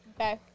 Okay